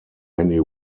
many